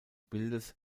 bildes